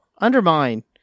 Undermine